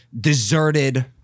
deserted